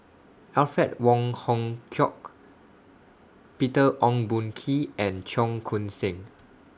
Alfred Wong Hong Kwok Peter Ong Boon Kwee and Cheong Koon Seng